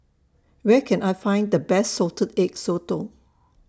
Where Can I Find The Best Salted Egg Sotong